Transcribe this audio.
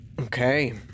Okay